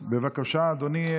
כבוד היושב-ראש,